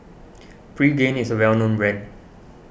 Pregain is a well known brand